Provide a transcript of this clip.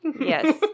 Yes